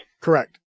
Correct